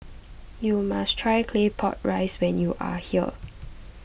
you must try Claypot Rice when you are here